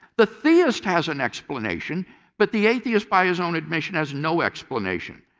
the theist has an explanation but the atheist by his own admission has no explanation.